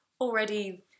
already